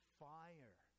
fire